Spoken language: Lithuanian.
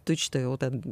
tučtuojau ten